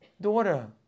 daughter